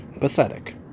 Pathetic